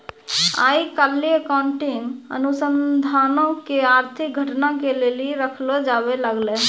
आइ काल्हि अकाउंटिंग अनुसन्धानो के आर्थिक घटना के लेली रखलो जाबै लागलै